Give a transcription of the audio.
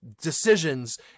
decisions